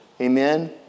Amen